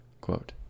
quote